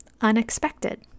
unexpected